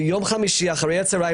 ביום חמישי אחרי הצהריים,